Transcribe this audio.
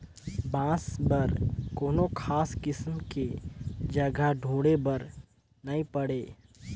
बांस बर कोनो खास किसम के जघा ढूंढे बर नई पड़े